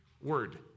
word